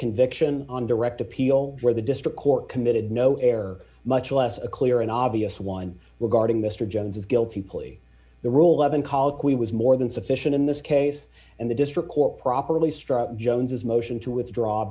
conviction on direct appeal where the district court committed no error much less a clear and obvious one were guarding mr jones is guilty plea the role of an colloquy was more than sufficient in this case and the district court properly struck jones as motion to withdraw